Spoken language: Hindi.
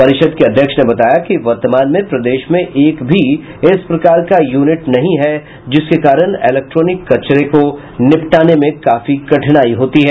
परिषद के अध्यक्ष ने बताया कि वर्तमान में प्रदेश में एक भी इस प्रकार का यूनिट नहीं है जिसके कारण इलेक्ट्रोनिक कचरों को निपटाने में काफी कठिनाई आती है